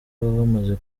wamaze